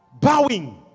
bowing